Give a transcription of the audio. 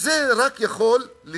וזה רק יכול להיות